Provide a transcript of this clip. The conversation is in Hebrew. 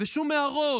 ושום הערות,